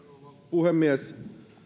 puhemies